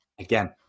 again